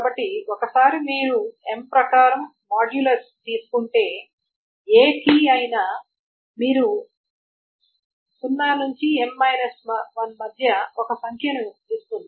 కాబట్టి ఒకసారి మీరు m ప్రకారం మాడ్యులస్ తీసుకుంటే ఏ కీ అయినా మీకు 0 నుండి m 1 మధ్య ఒక సంఖ్యను ఇస్తుంది